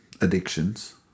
addictions